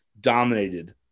dominated